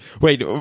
Wait